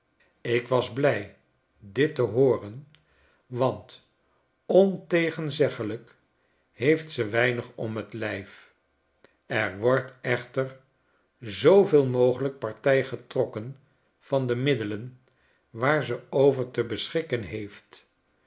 ik was blij dit te hooren want ontegenzeglijk heeft ze weinig om t lijf er wordt echter zooveel mogelijk partij getrokken van de middelen waar ze over te beschikken heeft